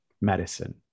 medicine